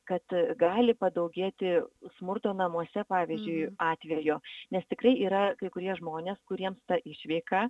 kad gali padaugėti smurto namuose pavyzdžiui atvejo nes tikrai yra kai kurie žmonės kuriems ta išveika